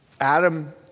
Adam